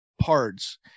parts